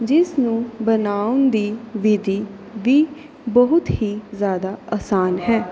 ਜਿਸ ਨੂੰ ਬਣਾਉਣ ਦੀ ਵਿਧੀ ਵੀ ਬਹੁਤ ਹੀ ਜ਼ਿਆਦਾ ਅਸਾਨ ਹੈ